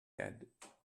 head